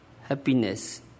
happiness